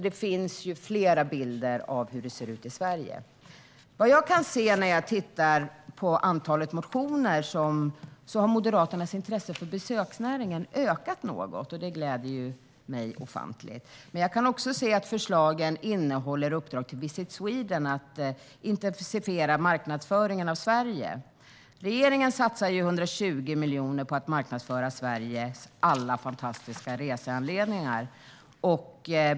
Det finns alltså flera bilder av hur det ser ut i Sverige. När jag tittar på antalet motioner kan jag se att Moderaternas intresse för besöksnäringen har ökat något - det gläder mig ofantligt. Men jag kan också se att förslagen innehåller uppdrag till Visit Sweden: att man ska intensifiera marknadsföringen av Sverige. Regeringen satsar 120 miljoner på att marknadsföra Sveriges alla fantastiska reseanledningar.